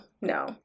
no